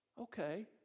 Okay